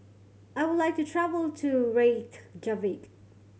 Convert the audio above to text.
I would like to travel to Reykjavik